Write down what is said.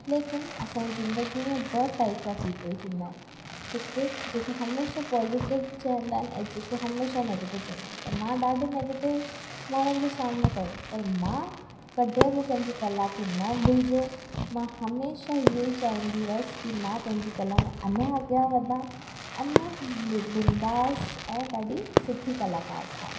लेकिन असांजी ज़िंदगी में ॿ टाइप जा पीपल थींदा आहिनि हिकु जेको हमेशह पॉज़िटिव चवंदा आहिनि ऐं जेको हमेशह नैगिटिव चवंदा आहिनि त मां ॾाढी नैगिटिव माण्हुनि जो सामिनो कयो पर मां कॾहिं बि पंहिंजी कला खे न भुलिजो मां हमेशह हीअं ई चाहींदी हुअसि की मां पंहिंजी कला में अञा अॻियां वधा अञा बि बिंदास ऐं ॾाढी सुठी कलाकार ठहा